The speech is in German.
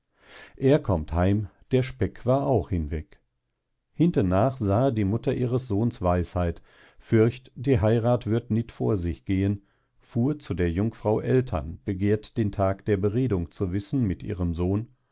er kommt heim der speck war auch hinweg hintennach sahe die mutter ihres sohns weisheit fürcht die heirath würd nit vor sich gehen fuhr zu der jungfrau eltern begehrt den tag der beredung zu wissen mit ihrem sohn